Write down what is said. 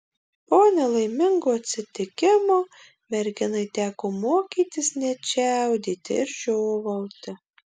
po nelaimingo atsitikimo merginai teko mokytis net čiaudėti ir žiovauti